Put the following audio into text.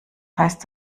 heißt